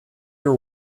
your